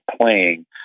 playing